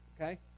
Okay